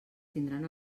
tindran